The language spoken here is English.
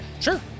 Sure